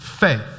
Faith